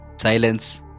Silence